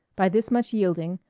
by this much yielding,